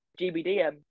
gbdm